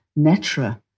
netra